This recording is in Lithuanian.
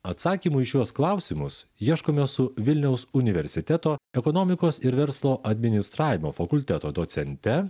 atsakymų į šiuos klausimus ieškome su vilniaus universiteto ekonomikos ir verslo administravimo fakulteto docente